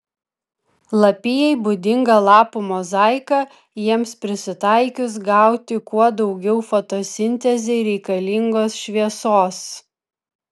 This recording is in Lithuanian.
lapijai būdinga lapų mozaika jiems prisitaikius gauti kuo daugiau fotosintezei reikalingos šviesos